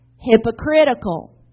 hypocritical